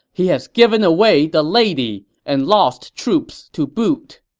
he has given away the lady and lost troops to boot!